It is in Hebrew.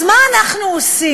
אז מה אנחנו עושים?